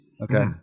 Okay